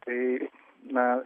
tai na